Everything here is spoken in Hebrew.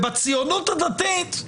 בציונות הדתית,